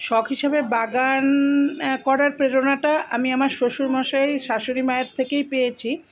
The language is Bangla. শখ হিসেবে বাগান করার প্রেরণাটা আমি আমার শ্বশুরমশাই শাশুড়ি মায়ের থেকেই পেয়েছি